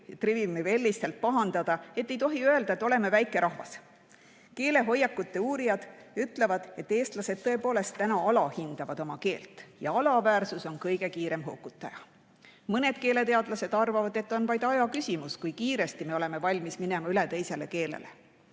Trivimi Vellistelt pahandada, et ei tohi öelda, et oleme väike rahvas. Keelehoiakute uurijad ütlevad, et eestlased tõepoolest alahindavad oma keelt ja et alaväärsus on kõige kiirem hukutaja. Mõned keeleteadlased arvavad, et on vaid aja küsimus, kui kiiresti me oleme valmis minema üle teisele keelele.